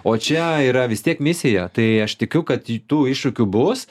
o čia yra vis tiek misija tai aš tikiu kad tų iššūkių bus